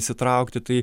įsitraukti tai